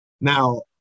Now